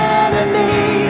enemy